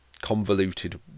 convoluted